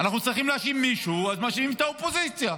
שיושב איתו בקואליציה,